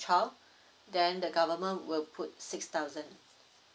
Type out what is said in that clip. child then the government will put six thousand